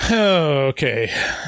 Okay